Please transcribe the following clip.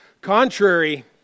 Contrary